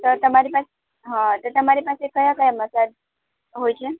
તો તમારી પાસે હં તો તમારી પાસે કયા કયા મસાજ હોય છે